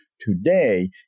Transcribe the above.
today